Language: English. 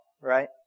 right